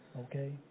okay